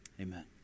amen